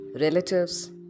relatives